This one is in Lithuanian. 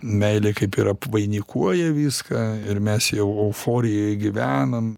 meilė kaip ir apvainikuoja viską ir mes jau euforijoj gyvenam